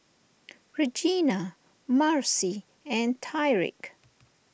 Regina Marci and Tyreke